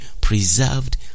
preserved